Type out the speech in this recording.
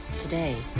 today,